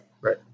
Right